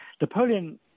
Napoleon